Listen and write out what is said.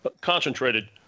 concentrated